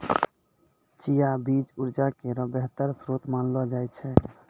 चिया बीज उर्जा केरो बेहतर श्रोत मानलो जाय छै